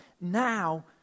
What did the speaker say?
now